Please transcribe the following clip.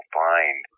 find